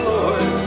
Lord